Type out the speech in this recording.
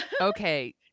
Okay